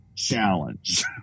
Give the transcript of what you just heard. challenge